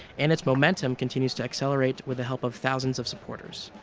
and its momentum continues to accelerate with the help of thousands of supporters.